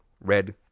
red